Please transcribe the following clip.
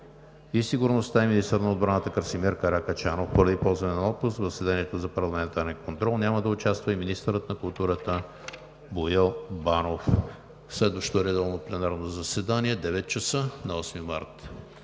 и сигурността и министър на отбраната Красимир Каракачанов. Поради ползване на отпуск в заседанието за парламентарен контрол няма да участва министърът на културата Боил Банов. Следващото редовно пленарно заседание – на 8 март